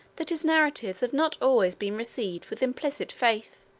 that his narratives have not always been received with implicit faith.